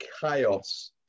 chaos